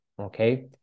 okay